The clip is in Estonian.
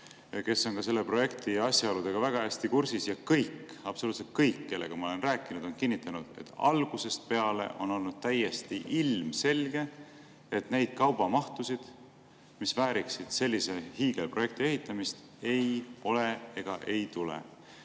kes on selle projekti ja nende asjaoludega väga hästi kursis, ja kõik – absoluutselt kõik, kellega ma olen rääkinud – on kinnitanud, et algusest peale on olnud ilmselge, et neid kaubamahtusid, mis vääriksid sellise hiigelprojekti ehitamist, ei ole ega tule.